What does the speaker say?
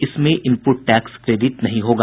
इसमें input tax credit नहीं होगा